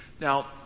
Now